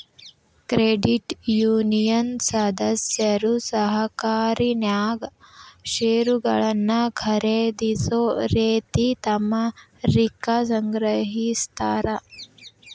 credit union ಸದಸ್ಯರು ಸಹಕಾರಿನ್ಯಾಗ್ ಷೇರುಗಳನ್ನ ಖರೇದಿಸೊ ರೇತಿ ತಮ್ಮ ರಿಕ್ಕಾ ಸಂಗ್ರಹಿಸ್ತಾರ್